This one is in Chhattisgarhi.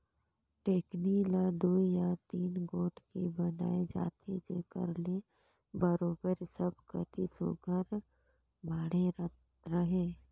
टेकनी ल दुई या तीन गोड़ के बनाए जाथे जेकर ले बरोबेर सब कती सुग्घर माढ़े रहें